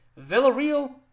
Villarreal